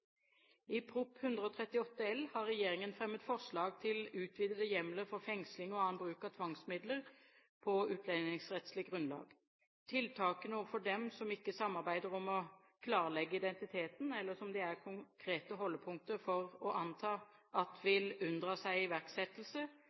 I Prop. 138 L har regjeringen fremmet forslag til utvidede hjemler for fengsling og annen bruk av tvangsmidler på utlendingsrettslig grunnlag. Tiltakene overfor dem som ikke samarbeider om å klarlegge identiteten, eller som det er konkrete holdepunkter for å anta at vil unndra seg iverksettelse,